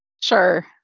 sure